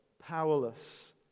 powerless